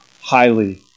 highly